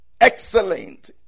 excellent